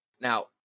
Now